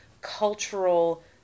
cultural